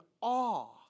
awe